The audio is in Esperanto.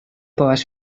povas